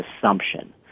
assumption